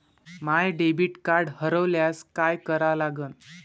माय debit card हरोल्यास काय करा लागन?